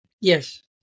Yes